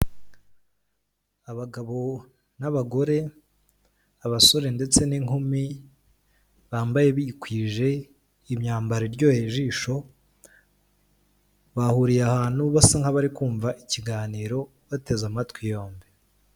Abagabo n'abagore, abasore ndetse n'inkumi, bambaye bikwije imyambaro iryoheye ijisho, bahuriye ahantu basa nk'abari kumva ikiganiro bateze amatwi yombi.